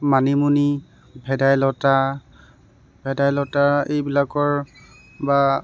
মানিমুনি ভেদাইলতা ভেদাইলতা এইবিলাকৰ বা